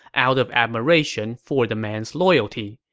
out of admiration for the man's loyalty.